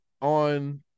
on